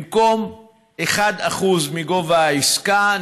במקום 1% מגובה העסקה,